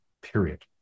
period